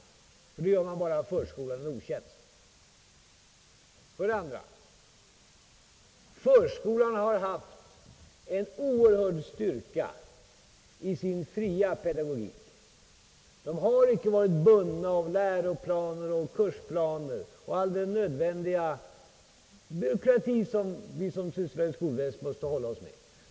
Därmed skulle man bara göra förskolan en otjänst. För det andra: förskolan har haft en oerhörd styrka i sin fria pedagogik. Den har icke varit bunden av läroplaner, kursplaner och all den nödvändiga byråkrati som det övriga skolväsendet måste hålla sig med.